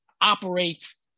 operates